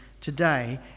today